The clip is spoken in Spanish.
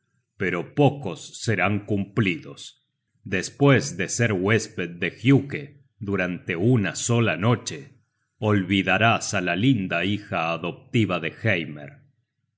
pero pocos serán cumplidos despues de ser huésped de giuke durante una sola noche olvidarás á la linda hija adoptiva de